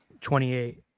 28